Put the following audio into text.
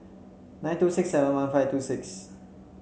nine two six seven one five two six